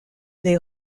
les